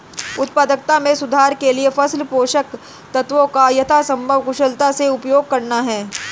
उत्पादकता में सुधार के लिए फसल पोषक तत्वों का यथासंभव कुशलता से उपयोग करना है